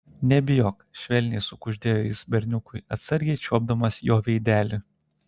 nebijok švelniai sukuždėjo jis berniukui atsargiai čiuopdamas jo veidelį